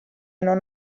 non